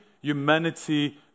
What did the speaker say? humanity